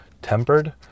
tempered